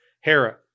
Hera